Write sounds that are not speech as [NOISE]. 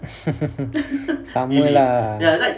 [LAUGHS] sama lah